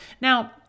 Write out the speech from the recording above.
Now